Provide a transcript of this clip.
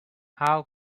how